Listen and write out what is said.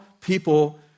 people